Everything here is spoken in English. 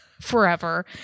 forever